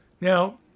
Now